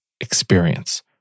experience